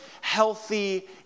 healthy